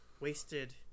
wasted